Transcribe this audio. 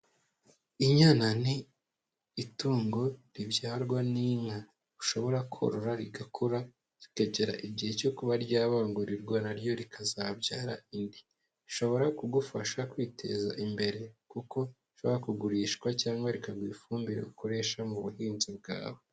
Inyana ni itungo ribyarwa n'inka ushobora korora rigakura rikagera igihe cyo kuba ryabangurirwa na ryo rikazabyara indi. Rishobora kugufasha kwiteza imbere kuko rishobora kugurishwa cyangwa rikaguha ifumbire ukoresha mu buhinzi bwawe.